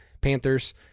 Panthers